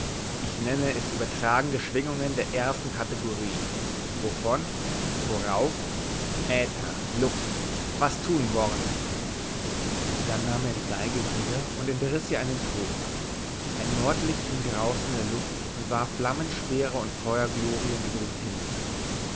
ich nenne es übertragende schwingungen der ersten kategorie wovon worauf äther luft was tun worte dann nahm er die geige wieder und entriß ihr einen ton ein nordlicht hing draußen in der luft und warf flammenspeere und feuerglorien über den himmel